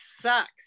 sucks